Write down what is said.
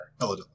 Hello